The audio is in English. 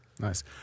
Nice